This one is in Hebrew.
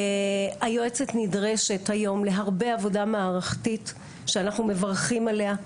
היועצת נדרשת היום להרבה עבודה מערכתית שאנחנו מברכים עליה,